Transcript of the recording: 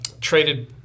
traded